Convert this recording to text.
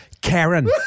Karen